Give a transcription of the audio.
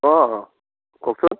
অঁ অঁ কওকচোন